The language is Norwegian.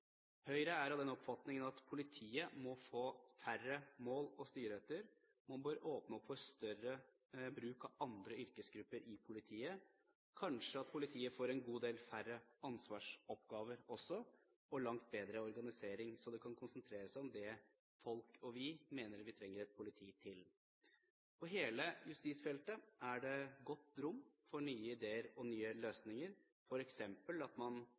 Høyre er av den oppfatning at politiet må få færre mål å styre etter, man bør åpne opp for mer bruk av andre yrkesgrupper i politiet, og at politiet kanskje kunne få en god del færre ansvarsoppgaver og langt bedre organisering, så man kan konsentrere seg om det vi mener vi trenger et politi til. På hele justisfeltet er det godt rom for nye ideer og nye løsninger, f.eks. at man